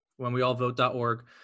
Whenweallvote.org